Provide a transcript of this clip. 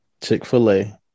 Chick-fil-A